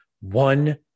One